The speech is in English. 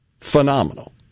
phenomenal